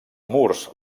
murs